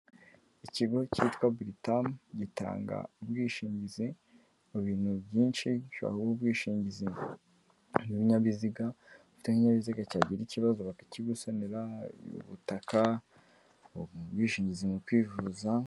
Ikigo cyitwa buritamu gitanga ubwishingizi mu bintu byinshi, gishobora kuguha ubwishingizi bw'ibinyabiziga, ufite nk'ikinyabiziga cyagira ikibazo bakakigusanira, ubutaka, ubwishingizi mu kwivuza.